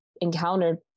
encountered